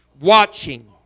watching